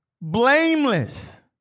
Blameless